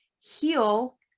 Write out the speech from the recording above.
heal